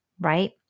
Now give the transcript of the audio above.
right